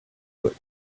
foot